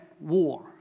war